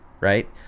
right